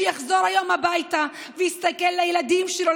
שיחזור היום הביתה ויסתכל לילדים שלו,